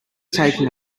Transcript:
taking